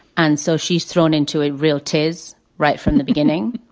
and so she's thrown into a real tizz right from the beginning